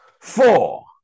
Four